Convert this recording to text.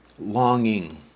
longing